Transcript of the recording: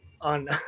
on